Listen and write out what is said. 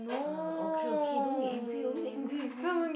uh okay okay don't be angry always angry with me